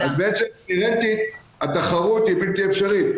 אז בעצם התחרות היא בלתי אפשרית.